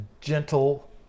gentle